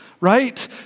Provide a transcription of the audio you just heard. right